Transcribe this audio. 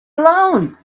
alone